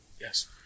yes